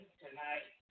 tonight